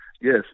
Yes